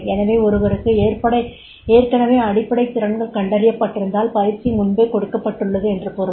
எனவே ஒருவருக்கு ஏற்கனவே அடிப்படை திறன்கள் கண்டறியப்பட்டிருந்தால் பயிற்சி முன்பே கொடுக்கப்படுள்ளது என்று பொருள்